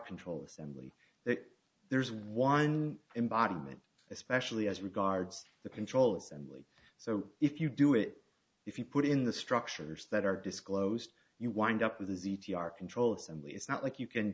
control assembly that there's one embodiment especially as regards the control assembly so if you do it if you put in the structures that are disclosed you wind up with a z t r control assembly it's not like you can